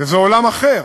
וזה עולם אחר.